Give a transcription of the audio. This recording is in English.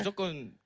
so going